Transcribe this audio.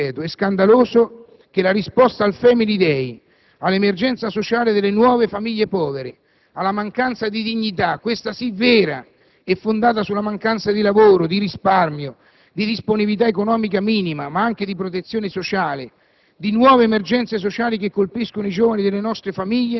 È scandaloso - dico e ripeto: scandaloso - che la risposta al *Family day*, all'emergenza sociale delle nuove famiglie povere, alla mancanza di dignità (questa sì vera e fondata sulla mancanza di lavoro, di risparmio, di disponibilità economica minima, ma anche di protezione sociale,